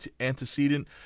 antecedent